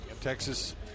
Texas